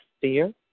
fear